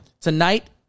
Tonight